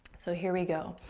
so here we go.